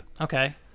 Okay